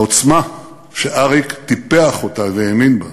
העוצמה שאריק טיפח אותה והאמין בה,